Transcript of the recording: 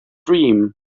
dream